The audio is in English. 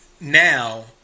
now